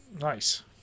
Nice